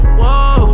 whoa